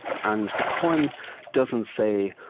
and the poem doesn't say,